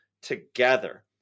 together